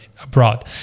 abroad